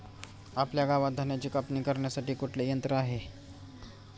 आपल्या गावात धन्याची कापणी करण्यासाठी कुठले यंत्र आहे?